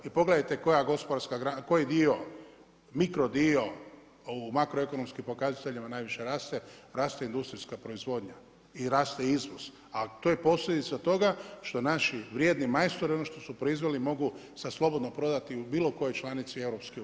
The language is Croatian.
I pogledajte koji dio gospodarske grane, koji dio mikrodio u makroekonomskim pokazateljima najviše raste, raste industrijska proizvodnja i raste izvoz, a to je posljedica toga što naši vrijedni majstori ono što su proizveli mogu sad slobodno prodati u bilo kojoj članici EU.